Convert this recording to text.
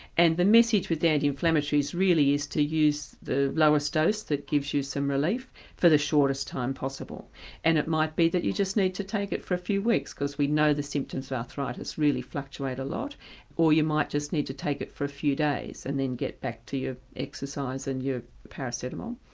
and the message with anti-inflammatories really is to use the lowest dose that gives you some relief for the shortest time possible and it might be that you just need to take it for a few weeks because we know the symptoms of arthritis really fluctuate a lot or you might just need to take it for a few days and then get back to your exercise and your paracetamol.